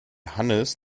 hannes